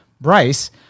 Bryce